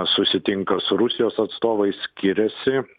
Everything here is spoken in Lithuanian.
susitinka su rusijos atstovais skiriasi